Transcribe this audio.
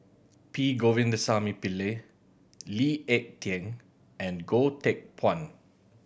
P Govindasamy Pillai Lee Ek Tieng and Goh Teck Phuan